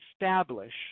establish